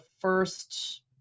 first